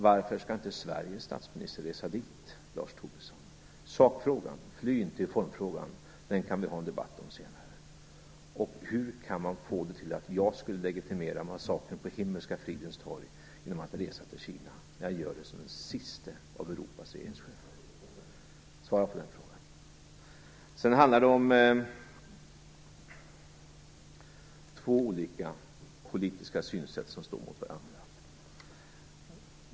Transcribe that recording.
Varför skall inte Sveriges statsminister resa dit, Lars Tobisson? Fly inte i formfrågan, den kan vi ha en debatt om senare. Hur kan man få det till att jag skulle legitimera massakern på Himmelska fridens torg genom att resa till Kina när jag gör det som den siste av Europas regeringschefer? Svara på den frågan. Sedan handlar det om två olika politiska synsätt som står mot varandra.